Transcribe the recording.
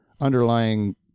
underlying